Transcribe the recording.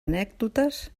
anècdotes